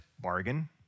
bargain